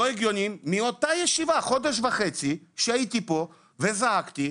לא הגיוני שמאז אותה ישיבה שהייתי בה וזעקתי,